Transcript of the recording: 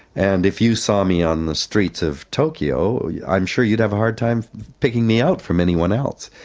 and if you saw me on the streets of tokyo i'm sure you'd have a hard time picking me out from anyone else.